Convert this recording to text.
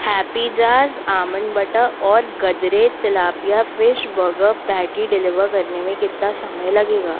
happy jazz almond butter और Gadre tilapia fish burger patty deliver करने में कितना समय लगेगा